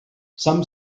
some